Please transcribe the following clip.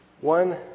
one